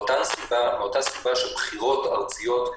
זה מאותה סיבה שבחירות ארציות,